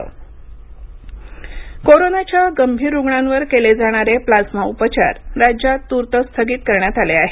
प्लाइमा कोरोनाच्या गंभीर रुग्णांवर केले जाणारे प्लाझ्मा उपचार राज्यात तूर्त स्थगित करण्यात आले आहेत